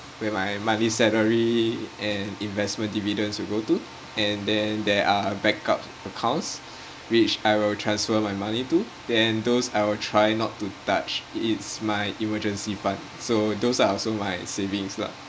where my monthly salary and investment dividends will go to and then there are backup accounts which I will transfer my money to then those I'll try not to touch it's my emergency fund so those are also my savings lah